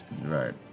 Right